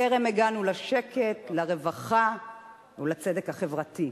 טרם הגענו לשקט, לרווחה ולצדק החברתי.